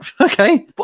okay